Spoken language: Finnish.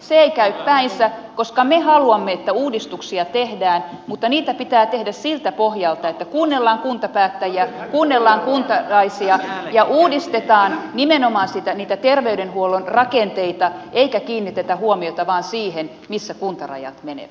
se ei käy päinsä koska me haluamme että uudistuksia tehdään mutta niitä pitää tehdä siltä pohjalta että kuunnellaan kuntapäättäjiä kuunnellaan kuntalaisia ja uudistetaan nimenomaan niitä terveydenhuollon rakenteita eikä kiinnitetä huomiota vain siihen missä kuntarajat menevät